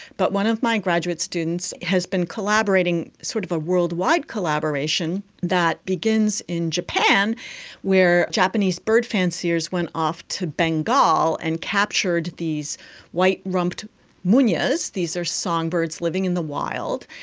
but one of my graduate students has been collaborating, sort of a worldwide collaboration, that begins in japan where japanese bird fanciers went off to bengal and captured these white-rumped munias, these are songbirds living in the wild,